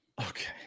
Okay